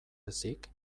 ezik